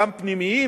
גם דיונים פנימיים